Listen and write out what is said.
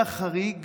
היה חריג